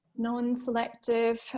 Non-selective